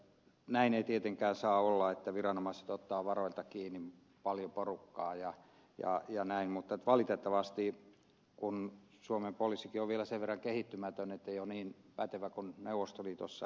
näin ei tietenkään saa olla että viranomaiset ottavat varuilta kiinni paljon porukkaa ja näin mutta valitettavasti suomen poliisikin on vielä sen verran kehittymätön ettei ole niin pätevä kuin neuvostoliitossa